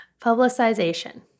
Publicization